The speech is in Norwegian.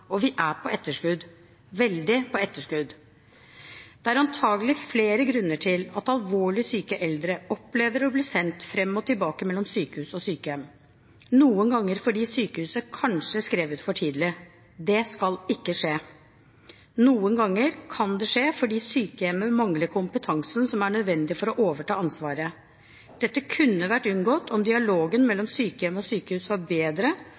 og vi er på etterskudd – veldig på etterskudd. Det er antagelig flere grunner til at alvorlig syke eldre opplever å bli sendt fram og tilbake mellom sykehus og sykehjem – noen ganger fordi sykehuset kanskje skrev ut for tidlig. Det skal ikke skje. Noen ganger kan det skje fordi sykehjemmet mangler kompetansen som er nødvendig for å overta ansvaret. Dette kunne vært unngått om dialogen mellom sykehjem og sykehus var bedre,